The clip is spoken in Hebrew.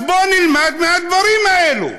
אז בואו נלמד מהדברים האלה.